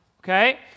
Okay